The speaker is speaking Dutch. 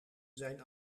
zijn